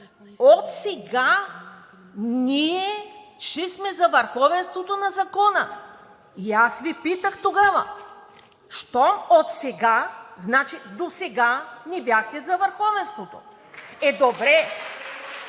отсега ние ще сме за върховенството на закона. И аз ви питах тогава, щом отсега значи досега не бяхте за върховенството. Е добре,